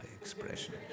expression